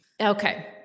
Okay